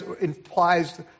implies